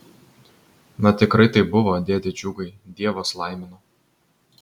na tikrai taip buvo dėde džiugai dievas laimino